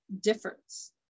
difference